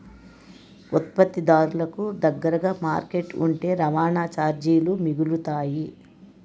ఉత్పత్తిదారులకు దగ్గరగా మార్కెట్ ఉంటే రవాణా చార్జీలు మిగులుతాయి